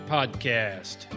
Podcast